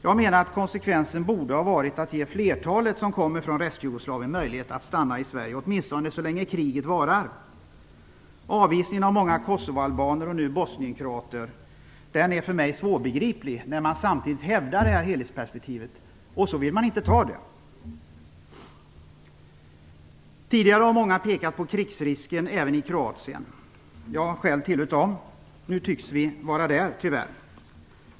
Jag menar att konsekvensen borde ha varit att ge flertalet som kommer från Restjugoslavien möjlighet att stanna i Sverige, åtminstone så länge kriget varar. Avvisningen av många kosovoalbaner och nu bosnienkroater är för mig svårbegriplig när man samtidigt hävdar helhetsperspektivet, och så vill man inte ta det. Tidigare har många pekat på krigsrisken även i Kroatien. Jag har själv hört till dem. Nu tycks vi tyvärr vara där.